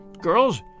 Girls